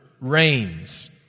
reigns